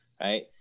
right